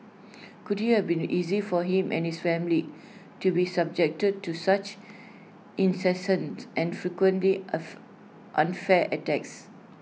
could you have been easy for him and his family to be subjected to such incessant and frequently unfair attacks